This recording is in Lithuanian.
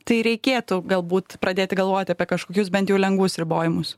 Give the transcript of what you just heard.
tai reikėtų galbūt pradėti galvoti apie kažkokius bent jau lengvus ribojimus